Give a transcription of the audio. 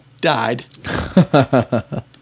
died